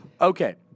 Okay